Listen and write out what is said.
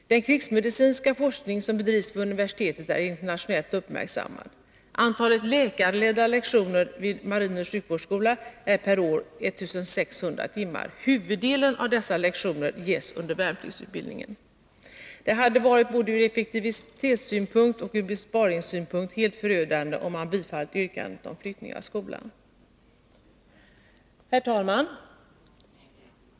Den krigsmedicinska forskning som bedrivs vid universitetet är internationellt uppmärksammad. Antalet läkarledda lektioner vid marinens sjukvårdsskola är per år 1600 timmar. Huvuddelen av dessa lektioner ges under värnpliktsutbildningen. Det hade både ur effektivitetssynpunkt och ur besparingssynpunkt varit helt förödande, om man hade tillstyrkt yrkandet om flyttning av skolan. Herr talman!